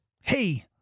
Hey